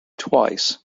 twice